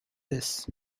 this